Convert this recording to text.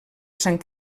sant